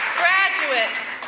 graduates,